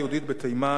מצבם של היהודים שבתימן?